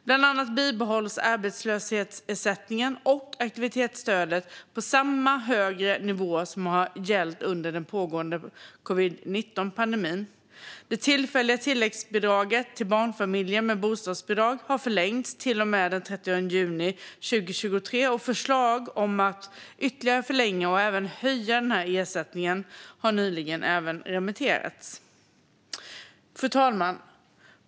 Bland annat bibehölls arbetslöshetsersättningen och aktivitetsstödet på samma högre nivå som har gällt under den pågående covid-19-pandemin. Det tillfälliga tilläggsbidraget till barnfamiljer med bostadsbidrag har förlängts till och med den 30 juni 2023, och förslag om att ytterligare förlänga och även höja denna ersättning har nyligen remitterats.